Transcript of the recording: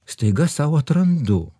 staiga sau atrandu